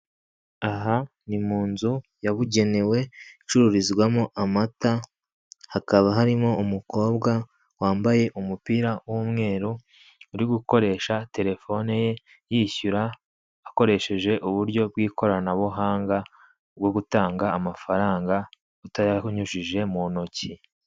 Aha ni munzu yabugenewe icururizwamo amata, hakaba harimo umukobwa wambaye umupira w'umweru, uri gukoresha telefoni ye yishyura, akoresheje uburyo bw'ikoranabuhanga bwo gutanga amafaranga utayanyujije mu ntoki.